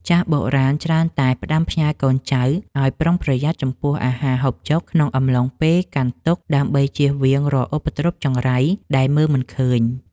ចាស់បុរាណច្រើនតែផ្ដាំផ្ញើកូនចៅឱ្យប្រុងប្រយ័ត្នចំពោះអាហារហូបចុកក្នុងអំឡុងពេលកាន់ទុក្ខដើម្បីចៀសវាងរាល់ឧបទ្រពចង្រៃដែលមើលមិនឃើញ។